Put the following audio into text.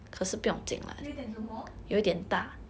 有一点什么